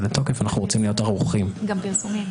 לתוקף ואנחנו רוצים להיות ערוכים להם.